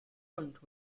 hunt